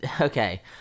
Okay